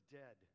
dead